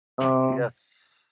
Yes